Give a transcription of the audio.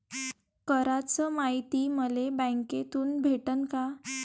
कराच मायती मले बँकेतून भेटन का?